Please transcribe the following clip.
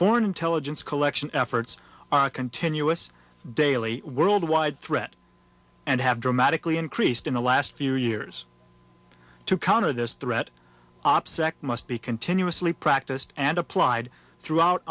foreign intelligence collection efforts continuous daily worldwide threat and have dramatically increased in the last few years to counter this threat opsec must be continuously practiced and applied throughout